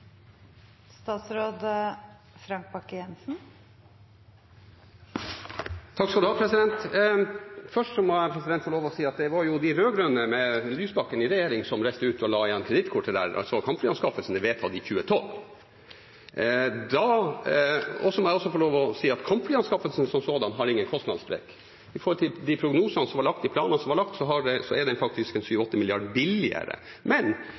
Først må jeg få lov til å si at det var de rød-grønne, med Lysbakken i regjering, som reiste utenlands og la igjen kredittkortet der. Kampflyanskaffelsen ble vedtatt i 2012. Så må jeg få lov til å si at kampflyanskaffelsen som sådan har ingen kostnadssprekk. I forhold til de prognosene som var lagt, de planene som var lagt, er den faktisk 7–8 mrd. kr billigere. Men representanten Lysbakken har helt rett i at valuta, med en